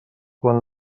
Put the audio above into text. quan